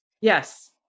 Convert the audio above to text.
Yes